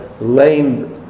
lane